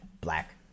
black